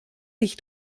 mich